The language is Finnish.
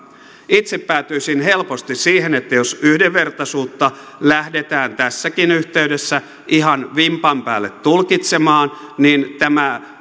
itse päätyisin helposti siihen että jos yhdenvertaisuutta lähdetään tässäkin yhteydessä ihan vimpan päälle tulkitsemaan niin tämä